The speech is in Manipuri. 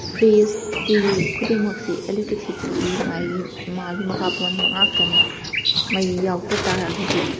ꯐ꯭ꯔꯤꯖ ꯇꯤꯚꯤ ꯈꯨꯗꯤꯡꯃꯛꯁꯤ ꯏꯂꯦꯛꯇ꯭ꯔꯤꯛꯁꯤꯇꯤꯒꯤ ꯃꯥꯏꯒꯤ ꯃꯥꯒꯤ ꯃꯈꯥ ꯄꯣꯟꯕ ꯉꯥꯛꯇꯅꯤ ꯃꯩ ꯌꯥꯎꯗ ꯇꯥꯔꯒꯗꯤ